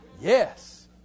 Yes